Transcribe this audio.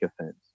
offense